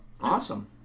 Awesome